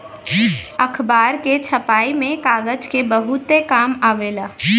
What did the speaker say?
अखबार के छपाई में कागज के बहुते काम आवेला